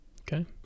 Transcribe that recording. Okay